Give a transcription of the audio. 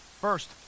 first